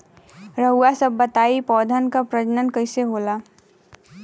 रउआ सभ बताई पौधन क प्रजनन कईसे होला?